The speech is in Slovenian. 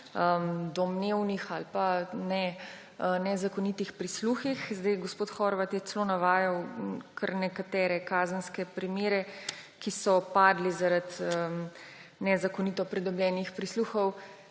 domnevnih ali pa nezakonitih prisluhih. Gospod Horvat je celo navajal kar nekatere kazenske primere, ki so padli zaradi nezakonito pridobljenih prisluhov.